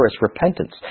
repentance